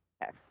yes